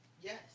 Yes